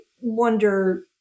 wonder